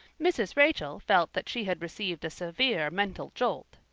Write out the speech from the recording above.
mrs. rachel felt that she had received a severe mental jolt.